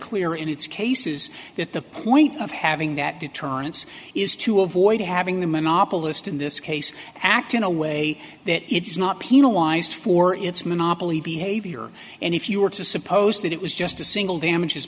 clear in its cases that the point of having that deterrence is to avoid having the monopolist in this case act in a way that it is not penalized for its monopoly behavior and if you were to suppose that it was just a single damages